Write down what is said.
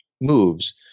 moves